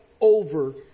over